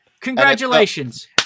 Congratulations